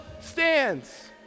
stands